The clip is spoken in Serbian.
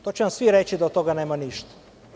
To će vam svi reći da od toga nema ništa.